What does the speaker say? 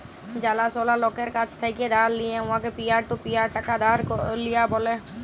জালাশলা লকের কাছ থ্যাকে ধার লিঁয়ে উয়াকে পিয়ার টু পিয়ার টাকা ধার দিয়া ব্যলে